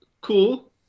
cool